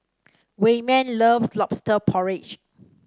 Wayman loves lobster porridge